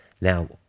Now